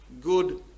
good